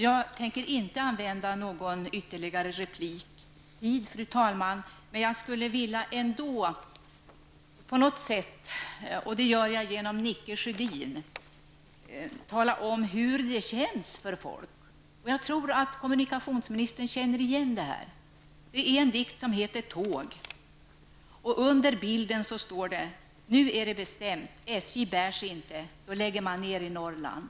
Jag tänker inte använda någon ytterligare repliktid. Genom Nicke Sjödin skulle jag emellertid vilja tala om hur det känns för folk. Jag tror att kommunikationsministern kommer att känna igen detta. Jag har valt en dikt som heter Tåg. Bildtexten lyder: ''Nu är det bestämt. SJ bär sig inte. Då lägger man ner i Norrland.''